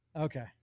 Okay